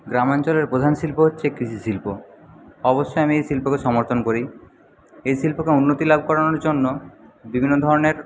গ্রামাঞ্চলের প্রধান শিল্প হচ্ছে কৃষি শিল্প অবশ্যই আমি এই শিল্পকে সমর্থন করি এই শিল্পকে উন্নতি লাভ করানোর জন্য বিভিন্ন ধরনের